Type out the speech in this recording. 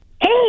hey